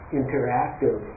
interactive